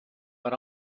but